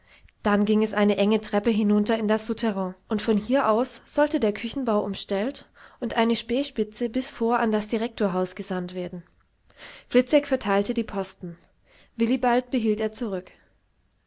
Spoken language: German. dann ging es eine enge treppe hinunter in das souterrain und von hier aus sollte der küchenbau umstellt und eine spähspitze bis vor an das direktorhaus gesandt werden fliczek verteilte die posten willibald behielt er zurück